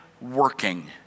working